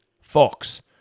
Fox